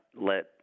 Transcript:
let